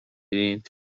پرینت